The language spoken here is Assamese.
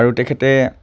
আৰু তেখেতে